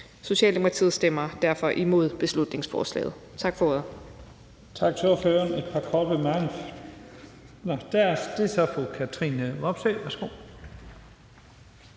Socialdemokratiet stemmer derfor imod beslutningsforslaget. Tak for ordet.